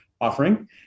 offering